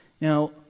Now